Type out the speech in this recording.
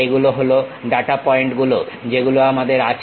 এগুলো হলো data point গুলো যেগুলো আমাদের আছে